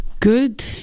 Good